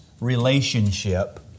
relationship